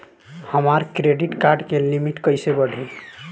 हमार credit card के limit कइसे बढ़ी?